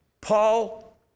Paul